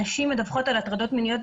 נשים מדווחות על הטרדות מיניות,